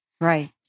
Right